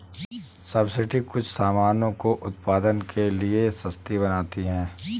subsidy कुछ सामानों को उत्पादन के लिए सस्ती बनाती है